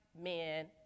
men